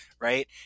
right